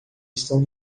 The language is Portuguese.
estão